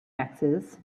axes